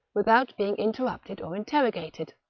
without being interrupted or interrogated.